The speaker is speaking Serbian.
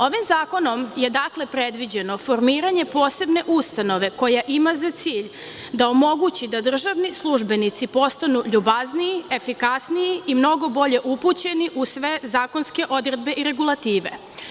Ovim zakonom je predviđeno formiranje posebne ustanove koja ima za cilj da omogući da državni službenici postanu ljubazniji, efikasniji i mnogo bolje upućeni u sve zakonske odredbe i regulative.